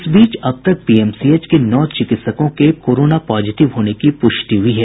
इस बीच अब तक पीएमसीएच के नौ चिकित्सकों के पॉजिटिव होने की पुष्टि हुई है